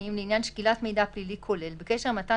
פנימיים לעניין שקילת מידע פלילי כולל בקשר למתן